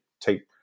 take